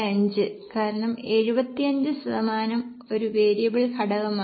75 കാരണം 75 ശതമാനം ഒരു വേരിയബിൾ ഘടകമാണ്